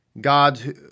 God